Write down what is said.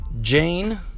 Jane